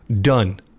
done